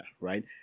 right